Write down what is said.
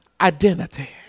identity